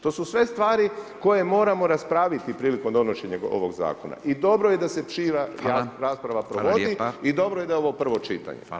To su sve stvari koje moramo raspraviti prilikom donošenja ovog zakona i dobro je da se šira rasprava provodi [[Upadica Radin: Hvala lijepa.]] I dobro je da je ovo prvo čitanje.